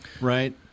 right